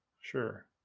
Sure